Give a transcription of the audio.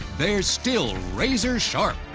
they're still razor-sharp.